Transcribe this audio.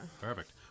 Perfect